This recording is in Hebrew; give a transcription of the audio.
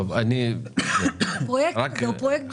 יש לך פרויקטים כאלה.